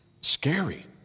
scary